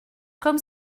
comme